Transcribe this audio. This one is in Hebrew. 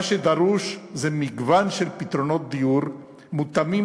מה שדרוש זה מגוון של פתרונות דיור מותאמים